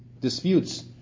disputes